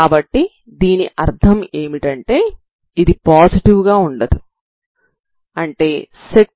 కాబట్టి దీని అర్థం ఏమిటంటే ఇది పాజిటివ్ గా ఉండదు అంటే శక్తి